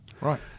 Right